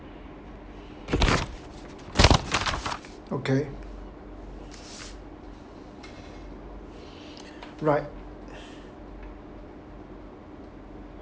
okay right